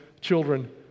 Children